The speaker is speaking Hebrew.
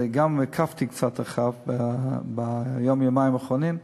וגם עקבתי קצת אחריו ביום-יומיים האחרונים,